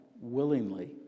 willingly